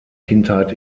kindheit